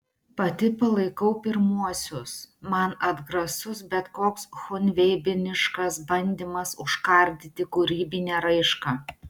pati palaikau pirmuosius man atgrasus bet koks chunveibiniškas bandymas užkardyti kūrybinę raišką